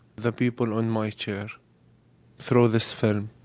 the people on my chair through this film.